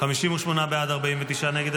58 בעד, 49 נגד.